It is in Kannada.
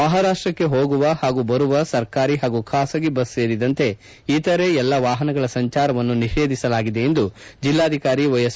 ಮಹಾರಾಷ್ಟಕ್ಕೆ ಹೋಗುವ ಹಾಗೂ ಬರುವ ಸರ್ಕಾರಿ ಹಾಗೂ ಖಾಸಗಿ ಬಸ್ ಸೇರಿದಂತೆ ಇತರೆ ಎಲ್ಲ ವಾಹನಗಳ ಸಂಚಾರವನ್ನು ನಿಷೇಧಿಸಲಾಗಿದೆ ಎಂದು ಜಿಲ್ಲಾಧಿಕಾರಿ ವೈಎಸ್